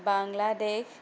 Bangladesh